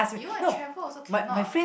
you want to travel also cannot